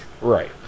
Right